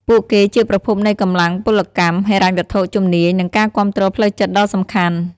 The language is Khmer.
ពួកគេជាប្រភពនៃកម្លាំងពលកម្ម ហិរញ្ញវត្ថុ ជំនាញ និងការគាំទ្រផ្លូវចិត្តដ៏សំខាន់។